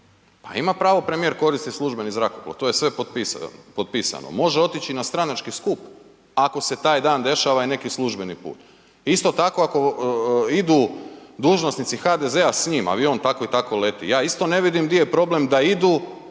Pa ima pravo premijer koristit službeni zrakoplov, to je sve potpisano, može otići i na stranački skup ako se taj dan dešava i neki službeni put. Isto tako ako idu dužnosnici HDZ-a s njim, avion tako i tako leti, ja isto ne vidim di je problem da idu